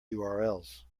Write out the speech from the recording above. urls